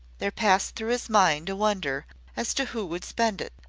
there passed through his mind a wonder as to who would spend it.